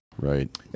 right